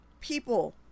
people